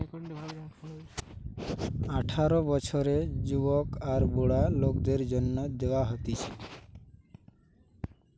আঠারো বছরের যুবক আর বুড়া লোকদের জন্যে দেওয়া হতিছে